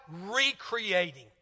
recreating